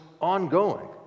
ongoing